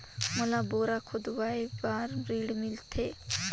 मोला बोरा खोदवाय बार ऋण मिलथे?